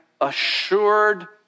assured